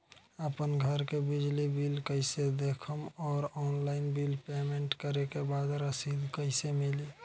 आपन घर के बिजली बिल कईसे देखम् और ऑनलाइन बिल पेमेंट करे के बाद रसीद कईसे मिली?